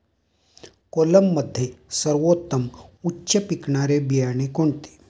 कोलममध्ये सर्वोत्तम उच्च पिकणारे बियाणे कोणते?